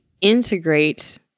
integrate